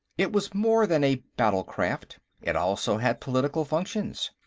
it was more than a battle-craft it also had political functions.